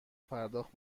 پرداخت